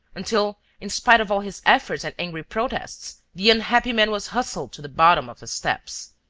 until, in spite of all his efforts and angry protests, the unhappy man was hustled to the bottom of the steps.